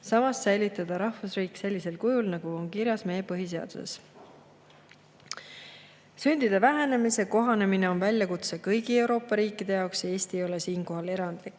samas säilitada rahvusriik sellisel kujul, nagu on kirjas meie Põhiseaduses?" Sündide vähenemisega kohanemine on väljakutse kõigi Euroopa riikide jaoks. Eesti ei ole siinkohal erandlik.